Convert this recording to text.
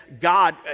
God